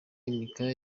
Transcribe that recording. imikaya